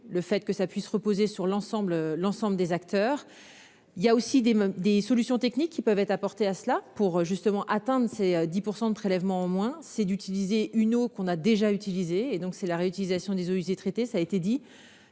Le fait que ça puisse reposer sur l'ensemble, l'ensemble des acteurs. Il y a aussi des des solutions techniques qui peuvent être apportées à cela pour justement atteinte, c'est 10% de prélèvements en moins, c'est d'utiliser une eau qu'on a déjà utilisé, et donc c'est la réutilisation des eaux usées traitées, ça a été dit,